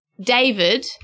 David